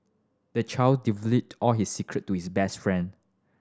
the child divulged all his secret to his best friend